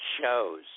shows